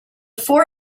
four